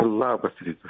labas rytas